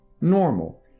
normal